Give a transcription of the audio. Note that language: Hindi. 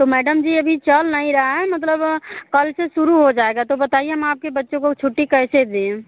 तो मैडम जी अभी चल नहीं रहा है मतलब कल से शुरू हो जाएगा तो बताइए हम आपके बच्चों को छुट्टी कैसे दें